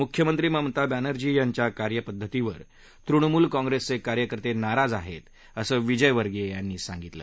मुख्यमंत्री ममता बॅनर्जी यांच्या कार्यपद्धतीवर तृणमूल काँग्रेसचे कार्यकर्ते नाराज आहेत असं विजयवर्गिय यांनी सांगितलं